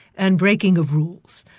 and breaking of rules.